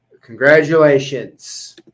congratulations